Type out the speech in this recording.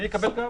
אני אקבל גם.